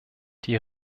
die